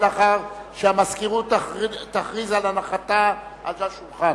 לאחר שהמזכירות תכריז על הנחתה על השולחן.